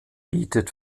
bietet